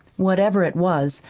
whatever it was,